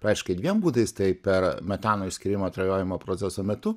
praktiškai dviem būdais tai per metano išskyrimą atrajojimo proceso metu